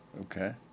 okay